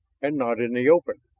and not in the open.